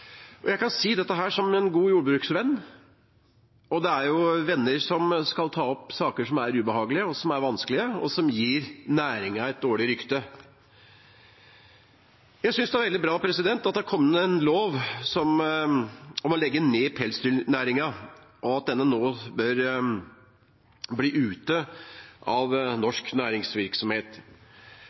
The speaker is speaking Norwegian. over. Jeg sier dette som en god jordbruksvenn, og det er jo venner som skal ta opp saker som er ubehagelige og vanskelige, og som gir næringen et dårlig rykte. Jeg synes det er veldig bra at det har kommet en lov om å legge ned pelsdyrnæringen, og at denne næringen bør være ute av norsk næringsvirksomhet.